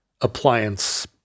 appliance